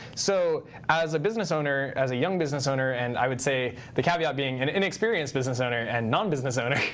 so as a business owner, as a young business owner, and i would say the caveat being an inexperienced business owner and non-business owner,